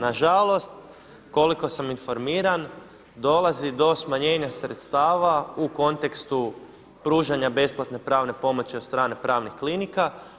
Na žalost koliko sam informiran dolazi do smanjenja sredstava u kontekstu pružanja besplatne pravne pomoći od strane pravnih klinika.